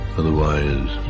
otherwise